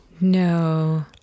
No